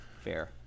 Fair